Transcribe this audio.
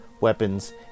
weapons